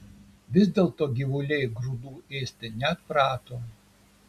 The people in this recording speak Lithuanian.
vis dėlto gyvuliai grūdų ėsti neatprato